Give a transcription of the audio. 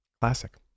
Classic